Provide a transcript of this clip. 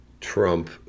trump